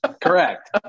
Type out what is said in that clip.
Correct